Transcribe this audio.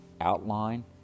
outline